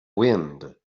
wind